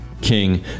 King